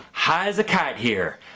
high as a kite here.